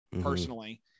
Personally